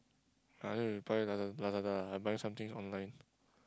I need to reply LAza~ Lazada I buying some things online